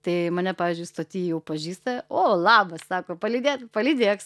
tai mane pavyzdžiui stoty jau pažįsta o labas sako palydėt palydėk